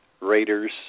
Raiders